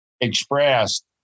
expressed